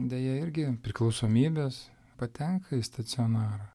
deja irgi priklausomybės patenka į stacionarą